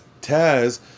Taz